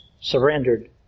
surrendered